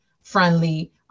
friendly